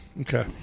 okay